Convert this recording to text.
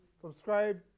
subscribe